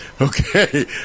Okay